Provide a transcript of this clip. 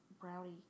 Brownie